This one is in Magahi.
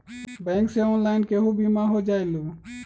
बैंक से ऑनलाइन केहु बिमा हो जाईलु?